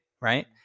right